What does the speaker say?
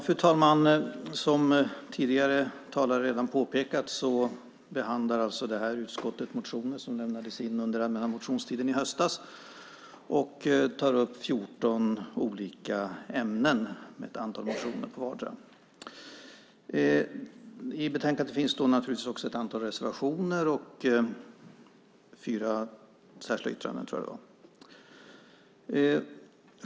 Fru talman! Som tidigare talare redan påpekat behandlar civilutskottet motioner som lämnades in under den allmänna motionstiden i höstas. De omfattar 14 olika ämnen med ett antal motioner i respektive ämne. I betänkandet finns även ett antal reservationer och, tror jag, fyra särskilda yttranden.